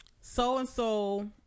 so-and-so